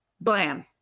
blam